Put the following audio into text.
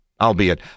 albeit